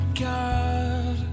God